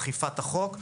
אכיפת החוק,